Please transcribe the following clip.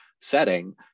setting